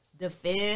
Defend